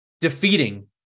defeating